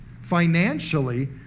financially